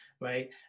right